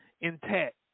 intact